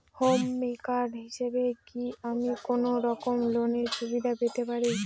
Home maker হিসেবে কি আমি কোনো রকম লোনের সুবিধা পেতে পারি?